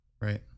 Right